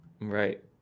Right